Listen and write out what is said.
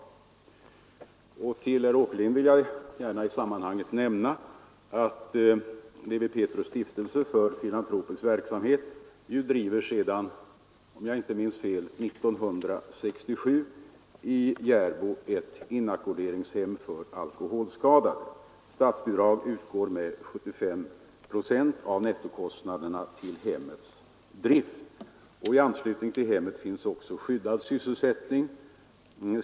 Till herr Åkerlind vill jag gärna i sammanhanget säga att Lewi Pethrus” stiftelse för filantropisk verksamhet driver sedan, om jag inte minns fel, 1967 i Järbo ett inackorderingshem för alkoholskadade. Statsbidrag utgår med 75 procent av nettokostnaderna till hemmets drift. I anslutning till hemmet finns också skyddad sysselsättning.